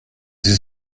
sie